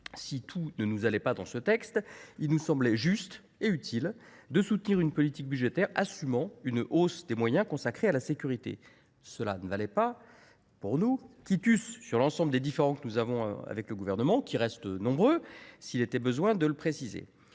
Si tout ne nous allait pas dans ce texte, il nous semblait juste et utile de soutenir une politique budgétaire assumant une hausse des moyens consacrés à la sécurité. Ce vote ne valait pas pour nous quitus sur l’ensemble de nos différends avec le Gouvernement qui, s’il était besoin de le préciser,